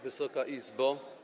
Wysoka Izbo!